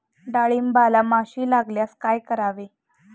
डाळींबाला माशी लागल्यास काय करावे?